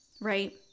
right